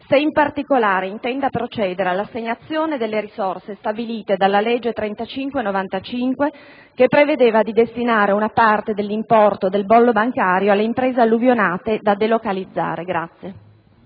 e, in particolare, se intenda procedere all'assegnazione delle risorse stabilite dalla legge n. 35 del 1995, che prevedeva di destinare una parte dell'importo del bollo bancario alle imprese alluvionate da delocalizzare.